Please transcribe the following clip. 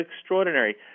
extraordinary